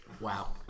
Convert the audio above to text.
Wow